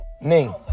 Ning